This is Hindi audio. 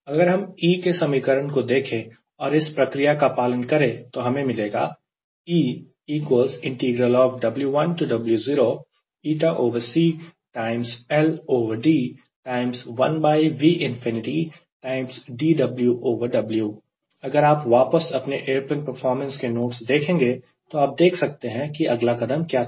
अगर हम E के समीकरण को देखें और इस प्रक्रिया का पालन करें तो हमें मिलेगा अगर आप वापस अपने एयरप्लेन परफॉर्मेंस के नोट्स देखेंगे तो आप देख सकते हैं कि अगला कदम क्या था